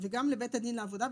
וגם לבית הדין לעבודה,